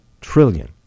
Trillion